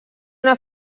una